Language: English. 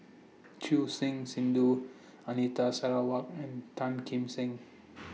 Choor Singh Sidhu Anita Sarawak and Tan Kim Seng